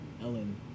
Ellen